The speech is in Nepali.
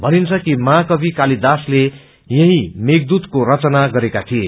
भनिन्छ कि महाकवि क्रलिदासले यही मेषदूतको रचा गरेक्रा गीए